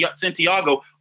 Santiago